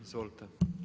Izvolite.